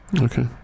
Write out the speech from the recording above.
Okay